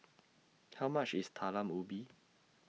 How much IS Talam Ubi